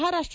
Maharashtra